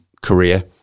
career